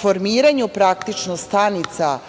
formiranju stanica